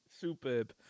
Superb